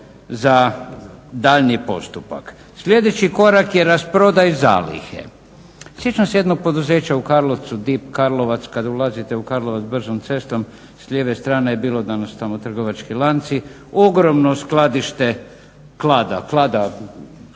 za daljnji postupak. Sljedeći korak je rasprodaj zalihe. Sjećam se jednog poduzeća u Karlovcu, DIP Karlovac, kad ulazite u Karlovac bržom cestom s lijeve strane je bilo danas su tamo trgovački lanci ogromno skladište klada, kilometar